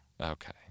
Okay